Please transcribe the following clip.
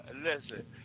Listen